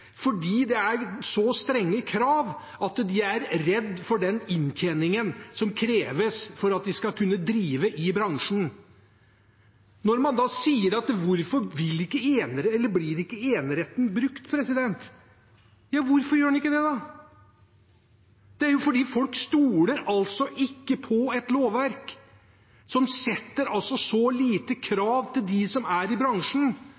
fordi det er så strenge krav at de er redd for den inntjeningen som kreves for at de skal kunne drive i bransjen. Så spør man om hvorfor eneretten ikke blir brukt. Ja, hvorfor gjør den ikke det? Det er fordi folk ikke stoler på et lovverk som stiller så få krav til dem som er i bransjen,